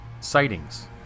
sightings